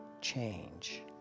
change